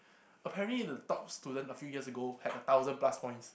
apparently the top student a few years ago had a thousand plus points